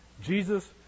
Jesus